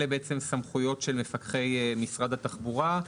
אלה בעצם סמכויות של מפקחי משרד התחבורה.